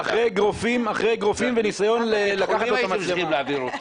אחרי אגרופים וניסיון לקחת לו את המצלמה.